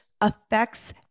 affects